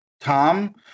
Tom